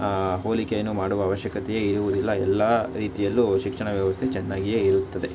ಹೋಲಿಕೆಯನ್ನು ಮಾಡುವ ಅವಶ್ಯಕತೆಯೇ ಇರುವುದಿಲ್ಲ ಎಲ್ಲ ರೀತಿಯಲ್ಲೂ ಶಿಕ್ಷಣ ವ್ಯವಸ್ಥೆ ಚೆನ್ನಾಗಿಯೇ ಇರುತ್ತದೆ